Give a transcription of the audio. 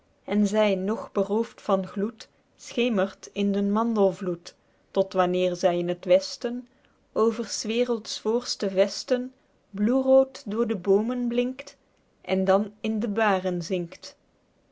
en zy nog beroofd van gloed schemert in den mandelvloed tot wanneer zy in het westen over s werelds voorste vesten bloerood door de boomen blinkt en dan in de baren zinkt